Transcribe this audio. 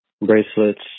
bracelets